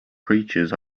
preachers